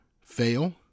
fail